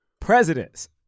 presidents